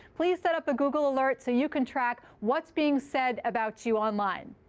please set up a google alert so you can track what's being said about you online.